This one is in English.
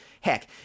heck